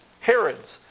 Herods